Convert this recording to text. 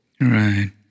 right